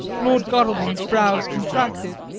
lord godalming's brows contracted,